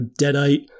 Deadite